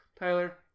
Tyler